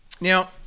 Now